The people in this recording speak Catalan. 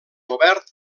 obert